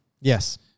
Yes